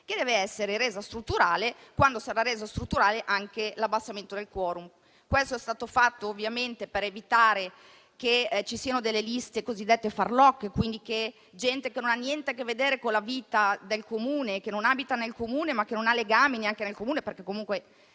che deve essere resa strutturale quando sarà reso strutturale anche l'abbassamento del *quorum*. Questo è stato fatto ovviamente per evitare che ci siano liste cosiddette farlocche e, quindi, con candidati che non hanno niente a che vedere con la vita del Comune, che non abitano nel Comune e non hanno nemmeno in esso legami perché è